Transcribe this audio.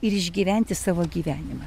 ir išgyventi savo gyvenimą